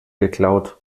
geklaut